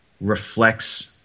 reflects